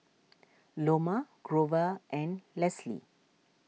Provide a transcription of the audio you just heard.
Loma Grover and Leslie